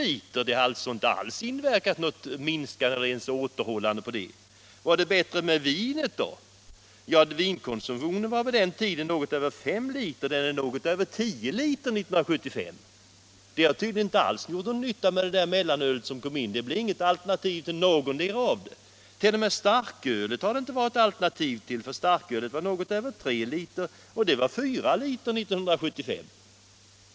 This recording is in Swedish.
Mellanölet har således inte alls inverkat minskande eller ens återhållande i det avseendet. Var det då bättre ställt med vinet? Vinkonsumtionen var år 1964 något över 5 liter. Den var något över 10 liter 1975. Införandet av mellanölet har tydligen inte alls gjort någon nytta. Det blir inget alternativ till någondera av de nämnda dryckerna. Inte ens till starkölet har det varit något alternativ. Motsvarande konsumtion av starköl var 1964 något över 3 liter, mot 4 liter år 1975.